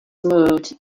moved